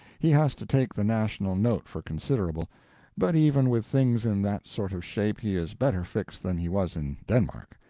he has to take the national note for considerable but even with things in that sort of shape he is better fixed than he was in denmark,